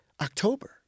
October